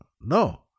no